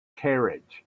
carriage